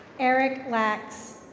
erik laks.